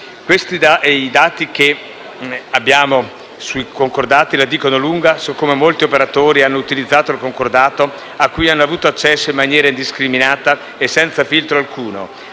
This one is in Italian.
I dati che abbiamo la dicono lunga su come molti operatori hanno utilizzato il concordato a cui hanno avuto accesso in maniera indiscriminata e senza filtro alcuno,